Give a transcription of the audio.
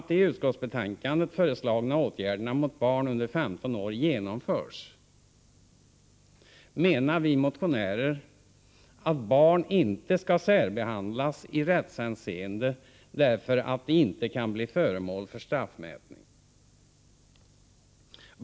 Om de i utskottsbetänkandet föreslagna åtgärderna mot barn under 15 år genomförs, menar vi motionärer att ett barn inte skall särbehandlas i rättshänseende, därför att det inte kan bli föremål för straffmätning.